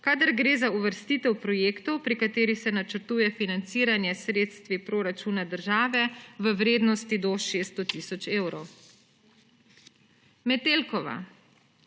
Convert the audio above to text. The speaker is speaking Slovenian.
kadar gre za uvrstitev projektov, pri katerih se načrtuje financiranje s sredstvi proračuna države, v vrednosti do 600 tisoč evrov. Metelkova,